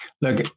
Look